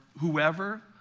whoever